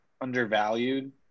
undervalued